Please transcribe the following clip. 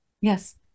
Yes